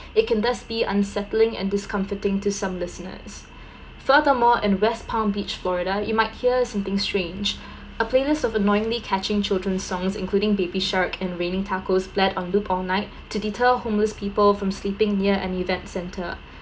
it can thus be unsettling and discomforting to some listeners furthermore in west palm beach florida you might hear something strange a playlist of annoyingly catching children songs including baby shark and raining tacos played on loop all night to deter homeless from sleeping near any event centre